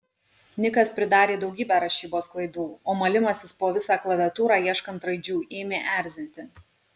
nikas pridarė daugybę rašybos klaidų o malimasis po visą klaviatūrą ieškant raidžių ėmė erzinti